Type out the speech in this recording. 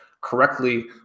correctly